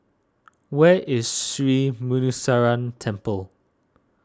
where is Sri Muneeswaran Temple